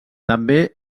també